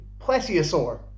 plesiosaur